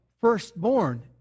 firstborn